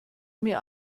mir